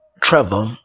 Trevor